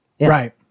Right